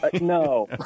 no